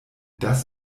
das